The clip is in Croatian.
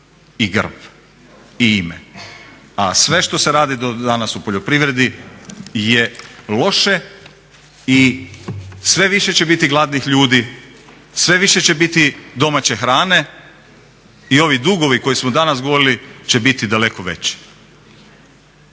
i grb i ime. A sve što se radi do danas u poljoprivredi je loše i sve više će biti gladnih ljudi, sve više će biti domaće hrane. I ovi dugovi koje smo danas govorili će biti daleko veći.